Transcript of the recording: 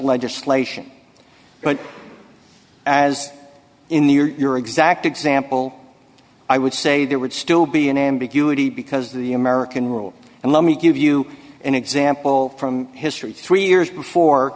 legislation but as in the your exact example i would say there would still be an ambiguity because the american rule and let me give you an example from history three years before